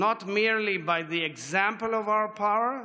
Not merely by the example of our power,